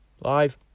live